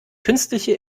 künstliche